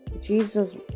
Jesus